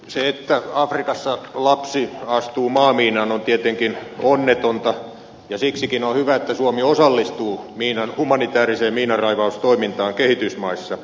se että afrikassa lapsi astuu maamiinaan on tietenkin onnetonta ja siksikin on hyvä että suomi osallistuu humanitääriseen miinanraivaustoimintaan kehitysmaissa